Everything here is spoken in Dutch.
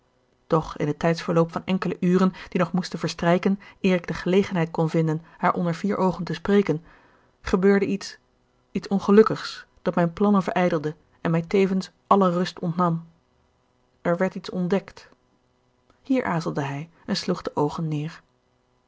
doch in het tijdsverloop van enkele uren die nog moesten verstrijken eer ik gelegenheid kon vinden haar onder vier oogen te spreken gebeurde iets iets ongelukkigs dat mijn plannen verijdelde en mij tevens alle rust ontnam er werd iets ontdekt hier aarzelde hij en sloeg de oogen neer